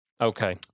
Okay